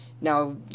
now